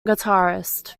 guitarist